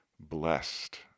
blessed